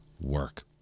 work